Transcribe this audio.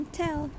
tell